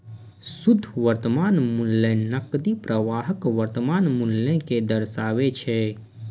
शुद्ध वर्तमान मूल्य नकदी प्रवाहक वर्तमान मूल्य कें दर्शाबै छै